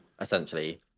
essentially